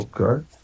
Okay